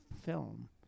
film